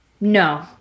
No